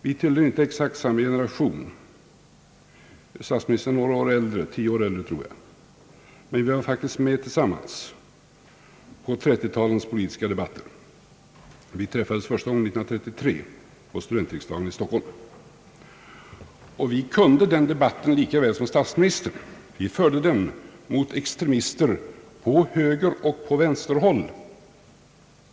Vi tillhör inte exakt samma generation — statsministern är tio år äldre, tror jag — men vi var faktiskt med tillsammans i 30-talets politiska debatter; vi träffades första gången 1933 på studentriksdagen i Stockholm. Och på vår sida kunde vi den debatten lika väl som herr Erlander. Vi förde den mot extremister på högeroch på vänsterhåll.